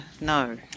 no